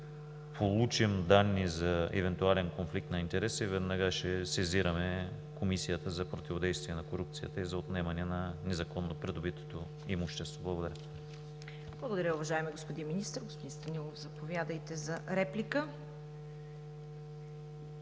получим данни за евентуален конфликт на интереси, веднага ще сезираме Комисията за противодействие на корупцията и за отнемане на незаконно придобитото имущество. Благодаря.